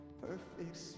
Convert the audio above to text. Perfect